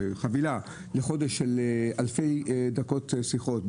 חבילה לחודש של אלפי דקות שיחות,